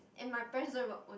and my parents don't even own